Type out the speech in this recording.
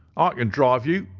ah can drive you,